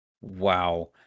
wow